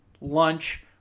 lunch